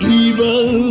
evil